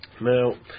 Now